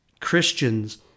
christians